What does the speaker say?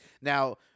Now